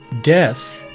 Death